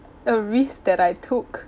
a risk that I took